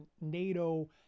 nato